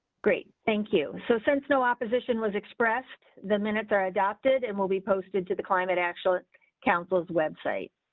great thank you. so since no opposition was expressed, the minutes are adopted and will be posted to the climate actual council's website.